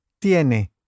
¿Tiene